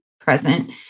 present